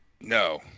No